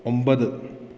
ഒമ്പത്